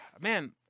Man